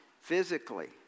physically